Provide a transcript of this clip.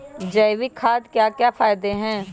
जैविक खाद के क्या क्या फायदे हैं?